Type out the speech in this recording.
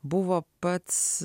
buvo pats